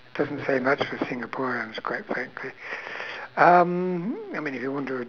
doesn't say much for singaporeans quite frankly um I mean if you want to